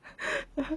ya